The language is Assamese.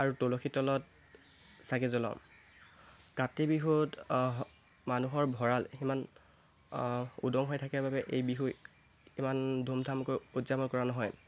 আৰু তুলসী তলত চাকি জ্বলাওঁ কাতি বিহুত মানুহৰ ভঁৰাল ইমান উদং হৈ থাকে বাবে এই বিহুক ইমান ধুম ধামকৈ উদযাপন কৰা নহয়